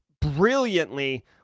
brilliantly